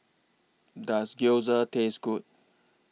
Does Gyoza Taste Good